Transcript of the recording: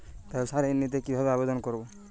ব্যাবসা ঋণ নিতে কিভাবে আবেদন করব?